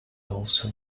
also